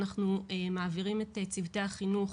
אנחנו מעבירים את צוותי החינוך,